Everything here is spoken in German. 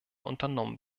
unternommen